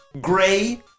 gray